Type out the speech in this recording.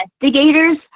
investigators